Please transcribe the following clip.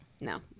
No